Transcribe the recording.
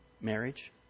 marriage